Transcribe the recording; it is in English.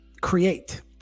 CREATE